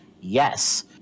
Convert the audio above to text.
Yes